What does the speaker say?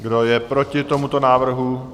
Kdo je proti tomuto návrhu?